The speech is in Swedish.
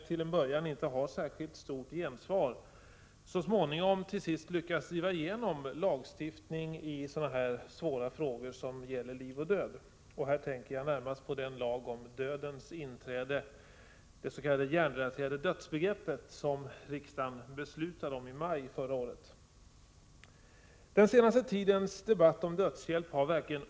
Vid en presskonferens den 4 februari sade en företrädare för DHR att det mest upprörande är att t.o.m. präster och en biskop i svenska kyrkan har uttalat förståelse för dödshjälp.